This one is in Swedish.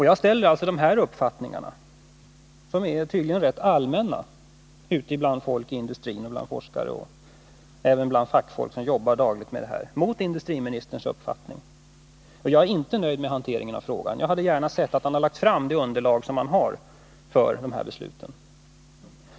Jag ställer således de här uppfattningarna, som tydligen är rätt allmänna ute bland folk inom industrin, bland forskare och även bland fackfolk som dagligen jobbar med dessa frågor, mot industriministerns. Jag är inte nöjd med hanteringen av frågan. Jag hade gärna sett att industriministern hade lagt fram det underlag som finns för de här besluten.